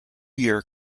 year